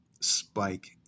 spike